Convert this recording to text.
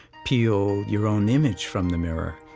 peel your own image from the mirror.